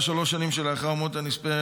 בשלוש השנים שלאחר מותו הנספה,